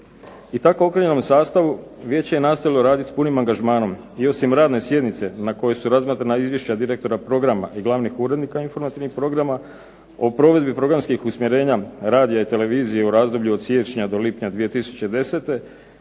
u tako okrnjenom sastavu vijeće je nastavilo raditi s punim angažmanom i osim radne sjednice na kojoj su razmatrana izvješća direktora programa i glavnih urednika Informativnih programa o provedbi programskih usmjerenja radija i televizije u razdoblju od siječnja do lipnja 2010.